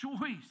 choice